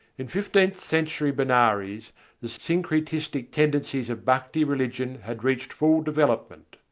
in fifteenth-century benares the syncretistic tendencies of bhakti religion had reached full development.